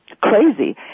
crazy